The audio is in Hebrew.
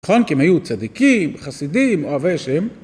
נכון? כי הם היו צדיקים, חסידים, אוהבי שם.